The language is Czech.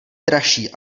dražší